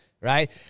right